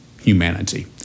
humanity